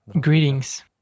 Greetings